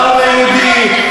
לא על היהודים,